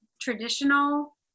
traditional